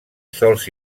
sols